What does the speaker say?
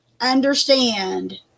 understand